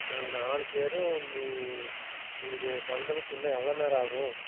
நாங்கள் நாலு பேரும் நீ நீ இது பண்ணுறதுக்கு இன்னும் எவ்வளோ நேரம் ஆகும்